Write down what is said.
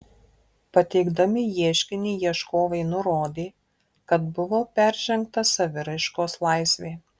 pateikdami ieškinį ieškovai nurodė kad buvo peržengta saviraiškos laisvė